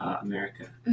America